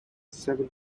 seven